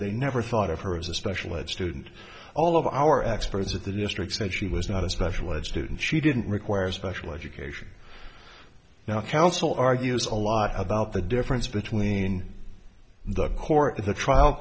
they never thought of her as a special ed student all of our experts at the district said she was not a special ed students she didn't require special education now counsel argues a lot about the difference between the court